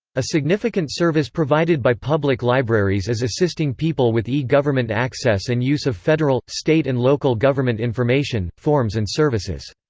a significant service provided by public libraries is assisting people with e-government access and use of federal, state and local government information, forms and services.